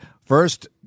first